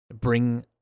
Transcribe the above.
bring